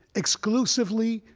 exclusively,